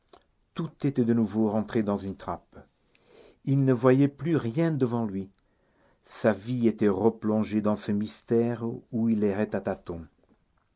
tout était de nouveau rentré dans une trappe il ne voyait plus rien devant lui sa vie était replongée dans ce mystère où il